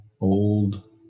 old